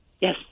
yes